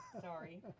Sorry